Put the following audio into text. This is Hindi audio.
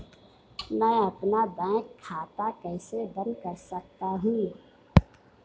मैं अपना बैंक खाता कैसे बंद कर सकता हूँ?